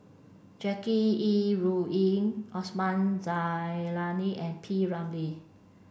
Jackie Yi Ru Ying Osman Zailani and P Ramlee